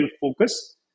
focus